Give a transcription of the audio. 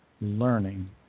learning